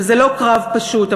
וזה לא קרב פשוט,